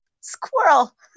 Squirrel